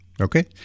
Okay